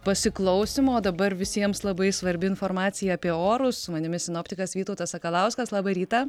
pasiklausymo dabar visiems labai svarbi informacija apie orus su manimi sinoptikas vytautas sakalauskas labą rytą